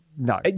No